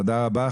תודה רבה.